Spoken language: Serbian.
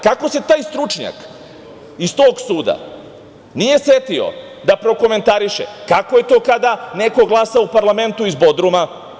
Kako se taj stručnjak iz tog suda nije setio da prokomentariše kako je to kada neko glasa u parlamentu iz Bodruma?